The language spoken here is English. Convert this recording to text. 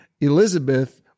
Elizabeth